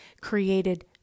created